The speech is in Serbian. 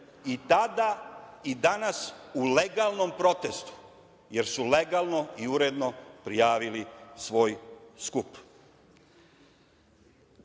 tada i danas u legalnom protestu, jer su legalno i uredno prijavili svoj skup. Ne